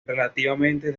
relativamente